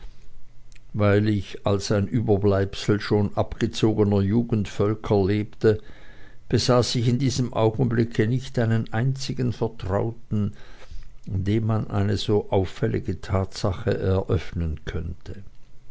weil ich als ein überbleibsel schon abgezogener jugendvölker lebte besaß ich in diesem augenblicke nicht einen einzigen vertrauten dem man eine so auffällige tatsache eröffnen konnte